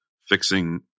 fixing